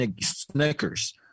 Snickers